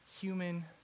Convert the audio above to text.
human